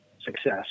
success